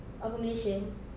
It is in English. apa malaysia